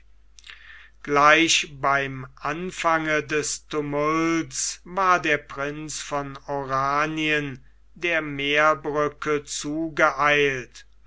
gleich beim anfange des tumults war der prinz von oranien der meerbrücke zugeeilt